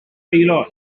aelod